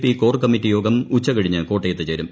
P core committee യോഗം ഉച്ചുകഴിഞ്ഞ് കോട്ടയത്ത് ചേരും